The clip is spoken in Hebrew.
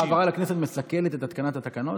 ההעברה לכנסת מסכנת את התקנת התקנות.